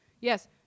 Yes